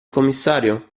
commissario